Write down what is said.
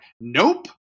Nope